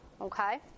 okay